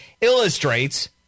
illustrates